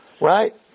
right